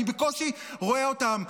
אני בקושי רואה אותם.